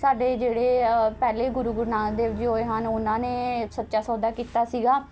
ਸਾਡੇ ਜਿਹੜੇ ਪਹਿਲੇ ਗੁਰੂ ਗੁਰੂ ਨਾਨਕ ਦੇਵ ਜੀ ਹੋਏ ਹਨ ਉਹਨਾਂ ਨੇ ਸੱਚਾ ਸੌਦਾ ਕੀਤਾ ਸੀਗਾ